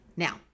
Now